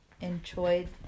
enjoyed